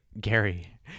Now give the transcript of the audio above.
Gary